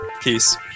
Peace